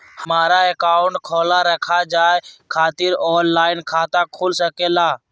हमारा अकाउंट खोला रखा जाए खातिर ऑनलाइन खाता खुल सके ला?